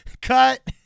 Cut